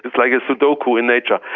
like a sudoku in nature.